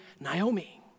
Naomi